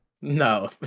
No